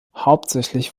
hauptsächlich